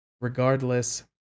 regardless